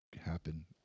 happen